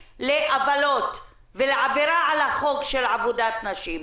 לעוולות ולעבירה על החוק של עבודת נשים.